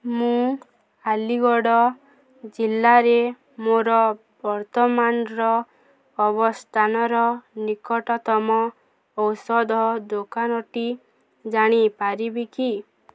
ମୁଁ ଆଲିଗଡ଼ ଜିଲ୍ଲାରେ ମୋର ବର୍ତ୍ତମାନର ଅବସ୍ଥାନର ନିକଟତମ ଔଷଧ ଦୋକାନଟି ଜାଣି ପାରିବି କି